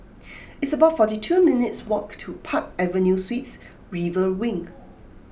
it's about forty two minutes' walk to Park Avenue Suites River Wing